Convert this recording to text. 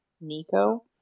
Nico